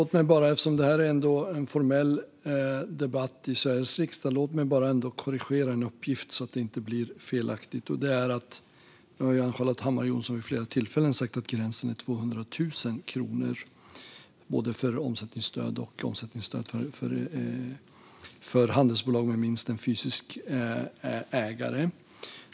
Fru talman! Eftersom detta ändå är en formell debatt i Sveriges riksdag vill jag bara korrigera en uppgift så att det inte blir fel. Ann-Charlotte Hammar Johnsson har nu vid flera tillfällen sagt att gränsen är 200 000 kronor för både omsättningsstöd och omsättningsstöd till handelsbolag med minst en fysisk ägare.